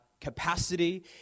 capacity